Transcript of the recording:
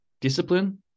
discipline